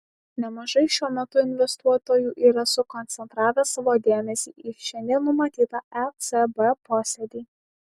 nemažai šiuo metu investuotojų yra sukoncentravę savo dėmesį į šiandien numatytą ecb posėdį